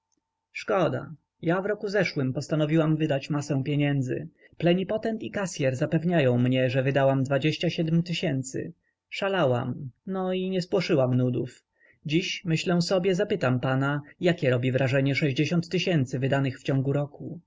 szkoda ja w roku zeszłym postanowiłam wydać masę pieniędzy plenipotent i kasyer zapewniają mnie że wydałam dwadzieścia siedm tysięcy szalałam no i nie spłoszyłam nudów dziś myślę sobie zapytam pana jakie robi wrażenie sześćdziesiąt tysięcy wydanych w ciągu roku